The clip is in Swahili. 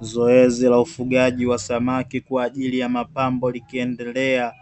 Zoezi la ufugaji wa samaki kwa ajili ya mapambo likiendelea,